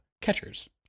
catchers